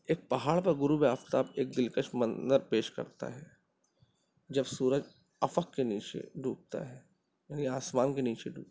ایک پہاڑ پر غورب آفتاب ایک دلکش منظر پیش کرتا ہے جب سورج افق کے نیچے ڈوبتا ہے یعنی آسمان کے نیچے ڈوبتا ہے